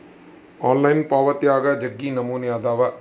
online ಪಾವಾತ್ಯಾಗ ಜಗ್ಗಿ ನಮೂನೆ ಅದಾವ